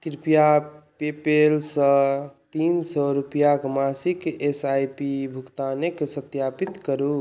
कृपया पेपैलसँ तीन सओ रुपैआके मासिक एस आइ पी भुगतानके सत्यापित करू